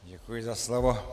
Děkuji za slovo.